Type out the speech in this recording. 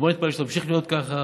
ובוא נתפלל שהיא תמשיך להיות ככה,